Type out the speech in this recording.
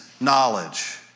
knowledge